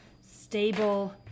stable